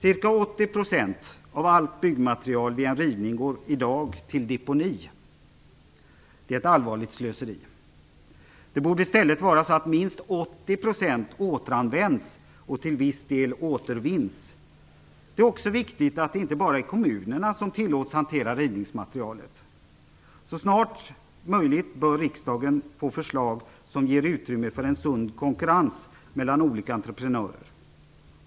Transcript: Ca 80 % av allt byggmaterial vid en rivning går i dag till deponi. Det är ett allvarligt slöseri. Det borde i stället vara så att minst 80 % återanvänds och till viss del återvinns. Det är också viktigt att det inte bara är kommunerna som tillåts hantera rivningsmaterialet. Så snart som möjligt bör riksdagen få förslag som ger utrymme för en sund konkurrens mellan olika entreprenörer.